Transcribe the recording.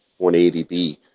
180B